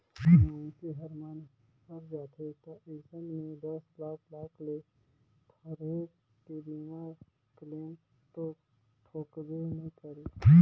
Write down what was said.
कोनो मइनसे हर मन हर जाथे त अइसन में दस लाख लाख ले थोरहें के बीमा क्लेम तो ठोकबे नई करे